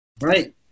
Right